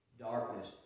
Darkness